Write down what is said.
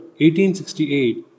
1868